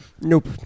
Nope